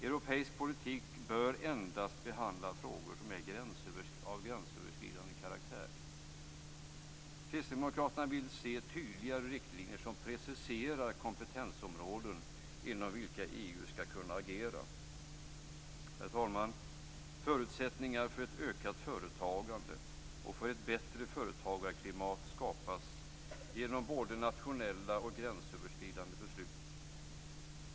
Europeisk politik bör endast behandla frågor som är av gränsöverskridande karaktär. Kristdemokraterna vill se tydligare riktlinjer som preciserar kompetensområden inom vilka EU skall kunna agera. Herr talman! Förutsättningar för ett ökat företagande och för ett bättre företagarklimat skapas genom både nationella och gränsöverskridande beslut.